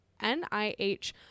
NIH